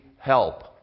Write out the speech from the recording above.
help